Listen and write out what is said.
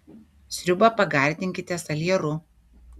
sriubą pagardinkite salieru